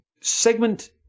Segment